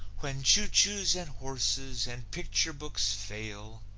when choo-choos and horses and picture books fail,